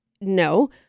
no